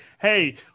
Hey